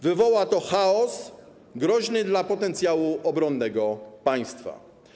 Wywoła to chaos groźny dla potencjału obronnego państwa.